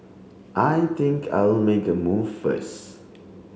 I think I'll make a move first